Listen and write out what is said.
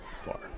far